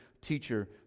teacher